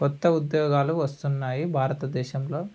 క్రొత్త ఉద్యోగాలు వస్తున్నాయి భారతదేశంలో